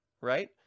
right